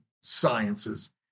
sciences